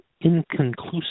inconclusive